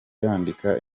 yandika